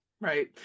Right